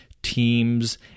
Teams